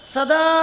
Sada